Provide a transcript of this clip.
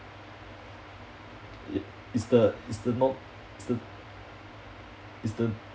it is the is the not is the is the